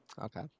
Okay